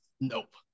nope